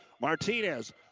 Martinez